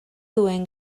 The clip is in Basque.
duen